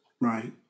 right